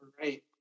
right